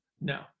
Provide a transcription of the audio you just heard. No